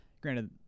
Granted